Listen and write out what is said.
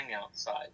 outside